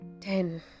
Ten